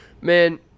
man